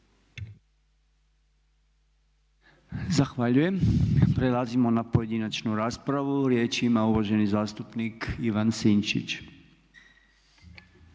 Zahvaljujem. Prelazimo na pojedinačnu raspravu. Riječ ima uvaženi zastupnik Ivan Sinčić.